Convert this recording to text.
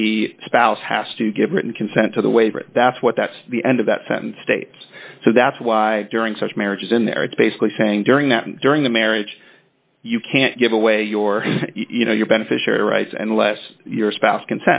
the spouse has to give written consent to the waiver that's what that's the end of that sentence states so that's why during such marriages in there it's basically saying during that during the marriage you can't give away your you know your beneficiary rights and less your spouse c